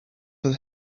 for